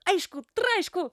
aišku traišku